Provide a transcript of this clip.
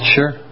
Sure